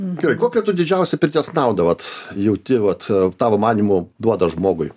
gerai kokią tu didžiausią pirties naudą vat jauti vat a tavo manymu duoda žmogui